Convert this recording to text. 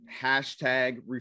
hashtag